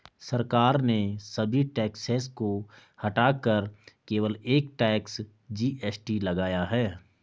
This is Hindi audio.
सरकार ने सभी टैक्सेस को हटाकर केवल एक टैक्स, जी.एस.टी लगाया है